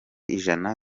ijana